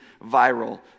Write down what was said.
viral